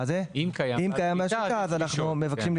אם קיים בעל שליטה,